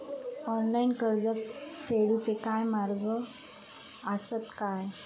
Online कर्ज फेडूचे काय मार्ग आसत काय?